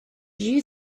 you